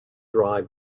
dry